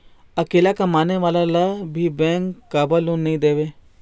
अकेला कमाने वाला ला भी बैंक काबर लोन नहीं देवे?